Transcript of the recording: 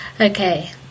Okay